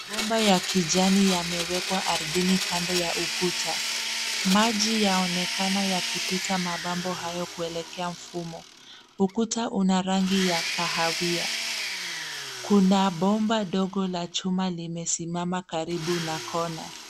Bomba ya kijani yamewekwa ardhini kando ya ukuta. Maji yaonekana yakipita mabambo hayo kuelekea mfumo. Ukuta una rangi ya kahawia. Kuna bomba dogo la chuma limesimama karibu na corner .